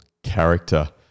character